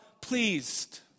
pleased